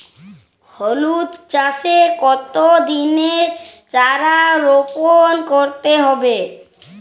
হলুদ চাষে কত দিনের চারা রোপন করতে হবে?